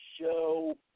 show